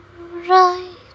right